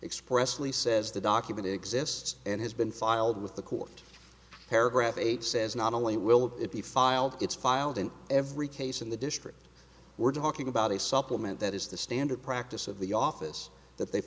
expressly says the document exists and has been filed with the court paragraph eight says not only will it be filed it's filed in every case in the district we're talking about a supplement that is the standard practice of the office that they